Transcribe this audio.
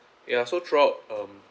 ya so throughout um